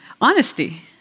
Honesty